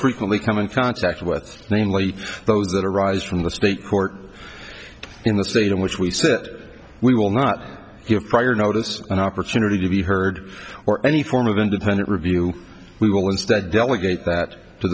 frequently come in contact with namely those that arise from the state court in the state in which we sit we will not give prior notice an opportunity to be heard or any form of independent review we will instead delegate that